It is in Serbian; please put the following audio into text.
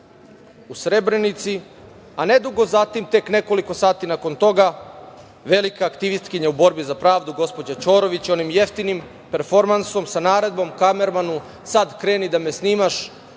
u Srebrenici. Nedugo zatim, tek nekoliko sati nakon toga, velika aktivistkinja u borbi za pravdu, gospođa Ćorović, onim jeftinim performansom sa naredbom kamermanu - sad kreni da me snimaš,